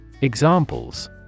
Examples